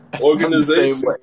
Organization